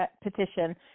petition